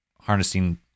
harnessing